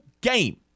game